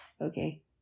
Okay